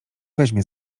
weźmie